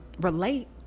relate